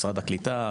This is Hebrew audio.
משרד הקליטה,